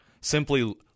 Simply